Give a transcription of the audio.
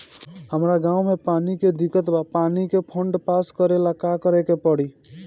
हमरा गॉव मे पानी के दिक्कत बा पानी के फोन्ड पास करेला का करे के पड़ी?